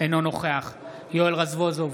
אינו נוכח יואל רזבוזוב,